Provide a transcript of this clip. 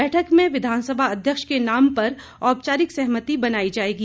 बैठक में विधानसभा अध्यक्ष के नाम पर औपचारिक सहमति बनाई जाएगी